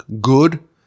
good